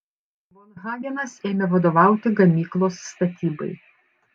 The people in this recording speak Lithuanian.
von hagenas ėmė vadovauti gamyklos statybai